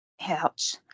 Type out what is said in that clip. Ouch